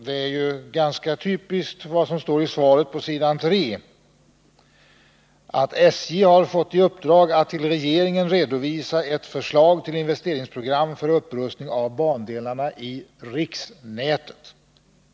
Vad som står i följande meningar i svaret är ganska typiskt: ”SJ har fått i uppdrag att till regeringen redovisa ett förslag till investeringsprogram för upprustning av bandelarna i riksnätet.